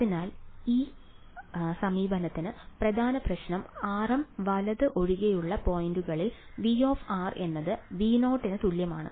അതിനാൽ ഈ സമീപനത്തിലെ പ്രധാന പ്രശ്നം rm വലത് ഒഴികെയുള്ള പോയിന്റുകളിൽ V എന്നത് V0 ന് തുല്യമാണ്